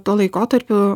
tuo laikotarpiu